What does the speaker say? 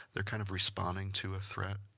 they're kind of responding to a threat,